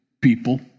people